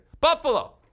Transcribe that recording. Buffalo